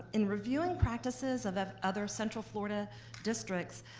in reviewing practices of other central florida districts,